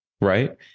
Right